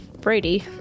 Brady